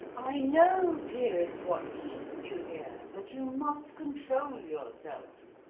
i know, dearest, what keeps you here, but you must control yourself.